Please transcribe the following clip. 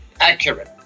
accurate